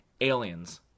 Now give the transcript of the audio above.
Aliens